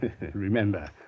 remember